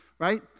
Right